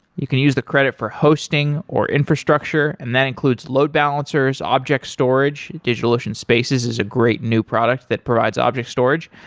you can use the credit for hosting, or infrastructure, and that includes load balancers, object storage. digitalocean spaces is a great new product that provides object storage,